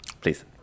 please